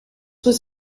was